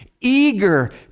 eager